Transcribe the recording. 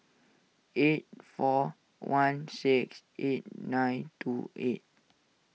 eight four one six eight nine two eight